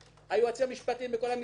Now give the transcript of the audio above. היועצים המשפטיים בכל המשרדים